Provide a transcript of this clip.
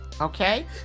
okay